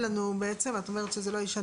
את אומרת לנו שזה לא ישנה.